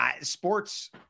sports